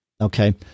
okay